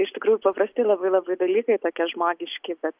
iš tikrųjų paprasti labai labai dalykai tokie žmogiški bet